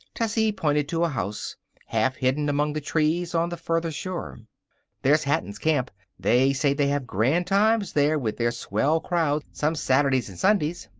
tessie pointed to a house half hidden among the trees on the farther shore there's hatton's camp. they say they have grand times there with their swell crowd some saturdays and sundays.